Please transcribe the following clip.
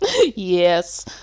Yes